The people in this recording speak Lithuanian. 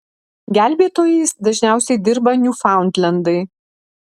gelbėtojais dažniausiai dirba niūfaundlendai